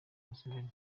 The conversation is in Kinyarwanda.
museveni